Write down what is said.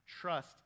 Trust